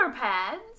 pads